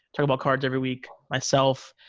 talk about cards every week. myself,